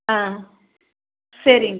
ஆ சரிங்க